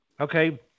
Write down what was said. okay